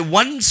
one